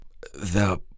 The